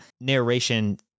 narration